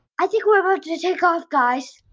i think we are about to take off, guys.